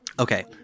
Okay